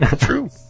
True